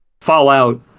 Fallout